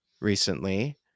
recently